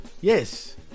Yes